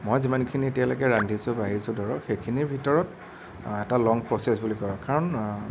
মই যিমানখিনি এতিয়ালৈকে ৰান্ধিছোঁ বাঢ়িছোঁ ধৰক সেইখিনিৰ ভিতৰত এটা লং প্ৰচেচ বুলি কওঁ কাৰণ